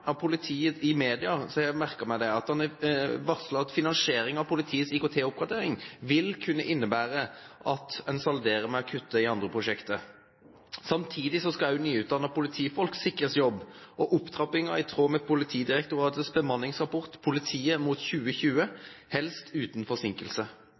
av politiet samt å innføre den nye straffeloven. Fra media har jeg merket meg at justisministeren har varslet at finansieringen av politiets IKT-oppgradering vil kunne innebære at en salderer med å kutte i andre prosjekter. Samtidig skal også nyutdannede politifolk sikres jobb. Opptrappingen er i tråd med Politidirektoratets bemanningsrapport «Politiet mot